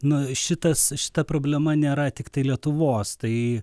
na šitas šita problema nėra tiktai lietuvos tai